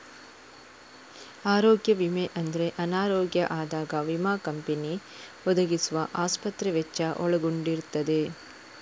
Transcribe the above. ಆರೋಗ್ಯ ವಿಮೆ ಅಂದ್ರೆ ಅನಾರೋಗ್ಯ ಆದಾಗ ವಿಮಾ ಕಂಪನಿ ಒದಗಿಸುವ ಆಸ್ಪತ್ರೆ ವೆಚ್ಚ ಒಳಗೊಂಡಿರ್ತದೆ